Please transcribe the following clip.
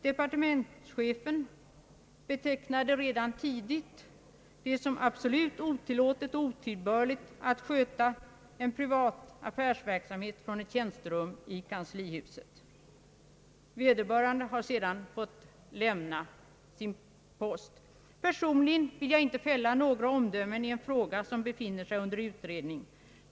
Departementschefen har redan tidigt betecknat det som »absolut otilllåtet och otillbörligt« att sköta en privat affärsverksamhet från ett tjänsterum i kanslibuset. Vederbörande har sedan blivit uppsagd från sin post. Personligen vill jag inte fälla några omdömen i en fråga som befinner sig under utredning.